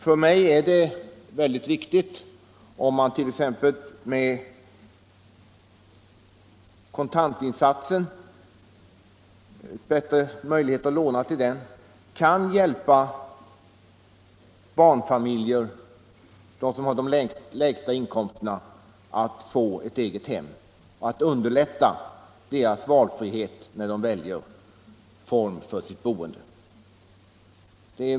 För mig är det mycket viktigt, om man t.ex. med bättre möjligheter att låna till kontantinsatsen kan hjälpa barnfamiljer och personer med låga inkomster att få ett eget hem, att underlätta deras valfrihet när de väljer form för sitt boende.